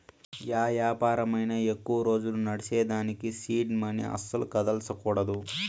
yeah యాపారమైనా ఎక్కువ రోజులు నడ్సేదానికి సీడ్ మనీ అస్సల కదల్సకూడదు